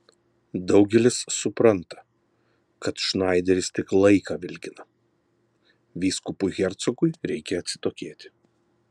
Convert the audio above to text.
daugelis supranta kad šnaideris tik laiką vilkina vyskupui hercogui reikia atsitokėti